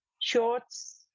shorts